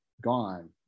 gone